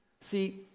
See